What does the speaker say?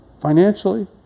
financially